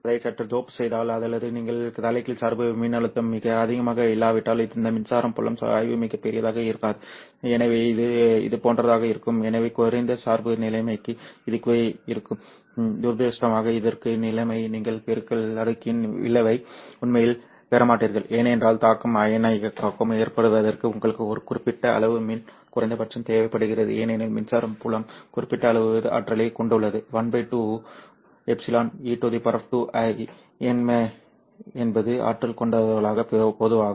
நீங்கள் அதை சற்று டோப் செய்தால் அல்லது நீங்கள் தலைகீழ் சார்பு மின்னழுத்தம் மிக அதிகமாக இல்லாவிட்டால் இந்த மின்சார புலம் சாய்வு மிகப் பெரியதாக இருக்காது சரி எனவே இது இதுபோன்றதாக இருக்கும் எனவே குறைந்த சார்பு நிலைமைக்கு இது இருக்கும் துரதிர்ஷ்டவசமாக இதற்கு நிலைமை நீங்கள் பெருக்கல் அடுக்கின் விளைவை உண்மையில் பெறமாட்டீர்கள் ஏனென்றால் தாக்கம் அயனியாக்கம் ஏற்படுவதற்கு உங்களுக்கு ஒரு குறிப்பிட்ட அளவு மின் குறைந்தபட்சம் தேவைப்படுகிறது ஏனெனில் மின்சார புலம் குறிப்பிட்ட அளவு ஆற்றலைக் கொண்டுள்ளது ½ ε e2i என்பது ஆற்றல் கொண்டதாகும் பொதுவாக